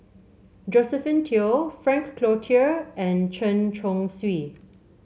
Josephine Teo Frank Cloutier and Chen Chong Swee